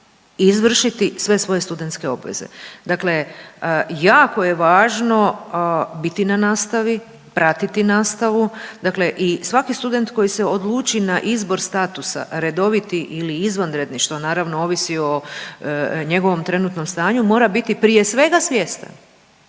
izvršiti sve svoje studentske obveze. Dakle jako je važno biti na nastavi, pratiti nastavi dakle i svaki student koji se odluči na izbor statusa redoviti ili izvanredni, što naravno ovisi o njegovom trenutnom stanju, mora biti prije svega svjestan